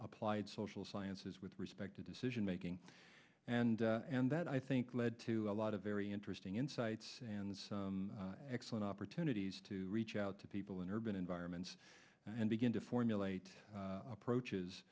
applied social sciences with respect to decision making and and that i think led to a lot of very interesting insights and some excellent opportunities to reach out to people in urban environments and begin to formulate approaches